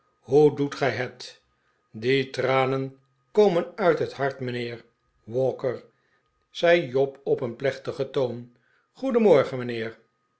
hoe doet gij het die tranen kpmen uit het hart mijnheer walker zei job op een plechtigen toon goedenmorgen mijnheer